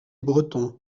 breton